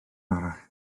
arall